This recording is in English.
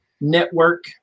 network